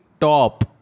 top